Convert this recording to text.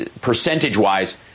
percentage-wise